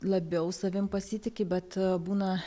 labiau savim pasitiki bet būna